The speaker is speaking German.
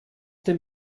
dem